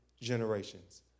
generations